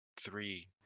three